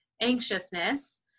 anxiousness